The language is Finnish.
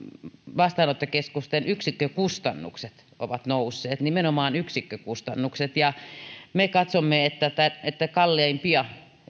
vastaanottokeskusten yksikkökustannukset ovat nousseet nimenomaan yksikkökustannukset me katsomme että kalleimpia